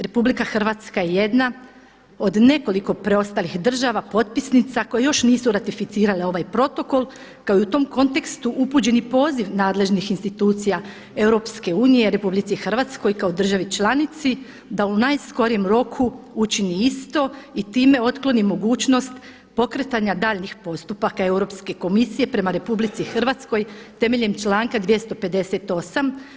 RH je jedna od nekoliko preostalih država potpisnica koje još nisu ratificirale ovaj Protokol kao i u tom kontekstu upućeni poziv nadležnih institucija EU RH kao državi članici da u najskorijem roku učini isto i time otkloni mogućnost pokretanja daljnjih postupaka Europske komisije prema RH temeljem članka 258.